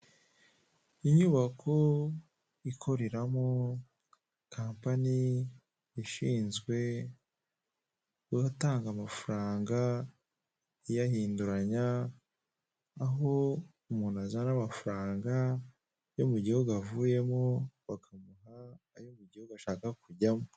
Inyubako ikoreramo kampani ishinzwe gutanga amafaranga iyahinduranya, aho umuntu azana amafaranga yo mu gihugu avuyemo, bakamuha ayo mu gihugu ashaka kujyamo.